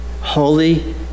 Holy